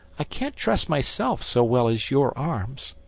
i can't trust myself so well as your arms.